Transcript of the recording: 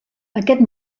aquest